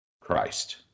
Christ